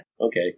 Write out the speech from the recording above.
okay